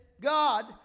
God